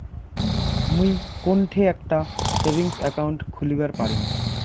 মুই কোনঠে একটা সেভিংস অ্যাকাউন্ট খুলিবার পারিম?